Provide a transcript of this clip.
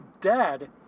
dead